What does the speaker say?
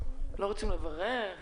רוצים לברך?